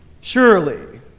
Surely